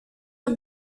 are